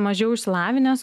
mažiau išsilavinęs